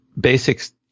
basics